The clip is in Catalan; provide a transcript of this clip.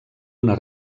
una